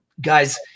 Guys